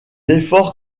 efforts